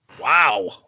Wow